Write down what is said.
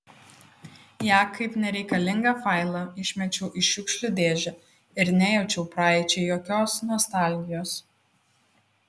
ją kaip nereikalingą failą išmečiau į šiukšlių dėžę ir nejaučiau praeičiai jokios nostalgijos